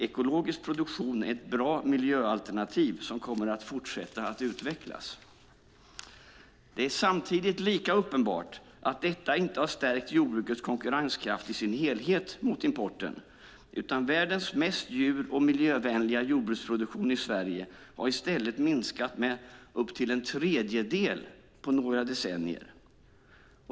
Ekologisk produktion är ett bra miljöalternativ som kommer att fortsätta att utvecklas. Det är samtidigt lika uppenbart att detta inte har stärkt jordbrukets konkurrenskraft i dess helhet mot importen, utan världens mest djur och miljövänliga jordbruksproduktion i Sverige har i stället minskat med upp till en tredjedel på några decennier.